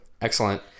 Excellent